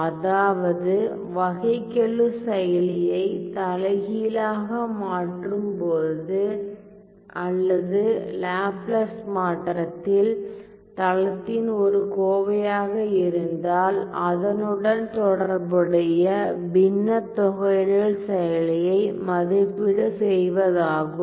அதாவது வகைக்கெழு செயலியை தலைகீழாக மாற்றும்போது அல்லது லாப்லாஸ் மாற்றத்தில் தளத்தின் ஒரு கோவையாக இருந்தால் அதனுடன் தொடர்புடைய பின்ன தொகையிடல் செயலியை மதிப்பீடு செய்வதாகும்